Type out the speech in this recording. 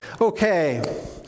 okay